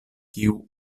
kiu